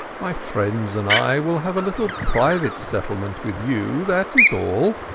my friends and i will have a little private settlement with you, that is all.